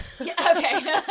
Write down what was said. okay